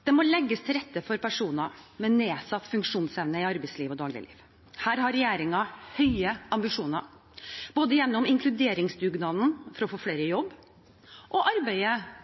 Det må legges til rette for personer med nedsatt funksjonsevne i arbeidsliv og dagligliv. Her har regjeringen høye ambisjoner, både gjennom inkluderingsdugnaden for å få flere i jobb og arbeidet